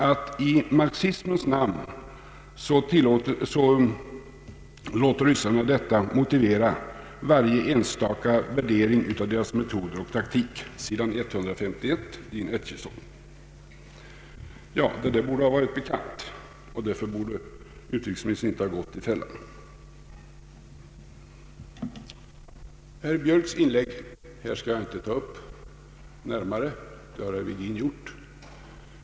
Där framhöll Kennan att ryssarna i marxismens namn låter detta motivera varje enskild värdering av deras metoder och taktik — detta finns alltså återgivet på sidan 151 i Achesons memoarer. Detta borde ha varit bekant, och därför borde utrikesministern inte ha gått i fällan. Herr Björks inlägg skall jag inte närmare ta upp — det har herr Virgin redan gjort.